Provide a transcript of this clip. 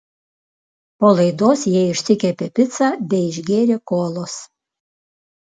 po laidos jie išsikepė picą bei išgėrė kolos